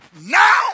now